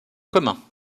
commun